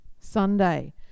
Sunday